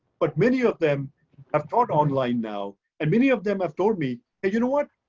but many of them have taught online now, and many of them have told me, you know what?